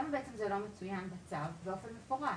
למה בעצם זה לא מצוין בצו באופן מפורש?